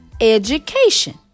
education